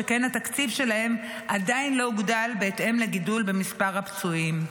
שכן התקציב שלהם עדיין לא הוגדל בהתאם לגידול במספר הפצועים.